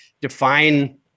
define